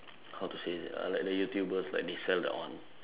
how to say that uh like the youtubers like they sell that on